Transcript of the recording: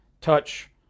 touch